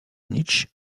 nietzsche